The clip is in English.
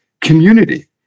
community